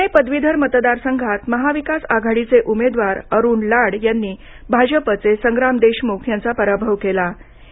पुणे पदवीधर मतदार संघात महाविकास आघाडीचे उमेदवार अरुण लाड यांनी भाजपचे संग्राम देशमुख यांचा पराभव केला आहे